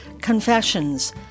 Confessions